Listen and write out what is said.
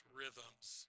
rhythms